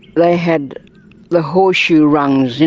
they had the horseshoe rungs, you